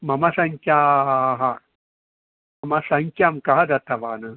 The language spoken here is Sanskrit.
मम संख्याः मम संख्यां कः दत्तवान्